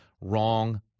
wrong